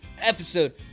episode